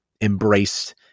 embraced